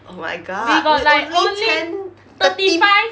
oh my god w~ only ten thirty f~